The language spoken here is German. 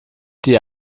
die